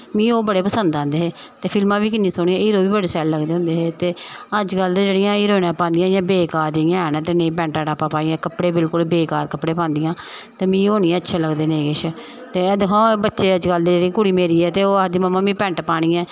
मीं ओह् बड़े पसंद आंदे हे ते फिल्मां बी किन्नियां सोह्नियां हीरो बी बड़े शैल लगदे हे ते अज्जकल दियां जेह्ड़ियां हीरोइनां पांदियां इ'यां बेकार जेहियां हैन ते नेईं पैंटां टापां पाइयै कपड़े बिलकुल बेकार कपड़े पांदियां ते मिगी ओह् निं अच्छे लगदे नेईं किश ते दिक्खो हां बच्चे अज्जकल दे जेह्ड़े कुड़ी मेरी ऐ ते ओह् आखदी मम्मा में पैंट पानी ऐ